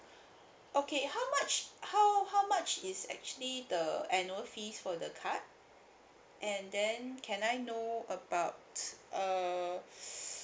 okay how much how how much is actually the annual fees for the card and then can I know about uh